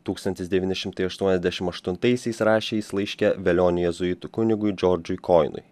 tūkstantis devyni šimtai aštuoniasdešimt aštuntaisiais rašė jis laiške velioniui jėzuitų kunigui džordžui koinui